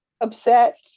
upset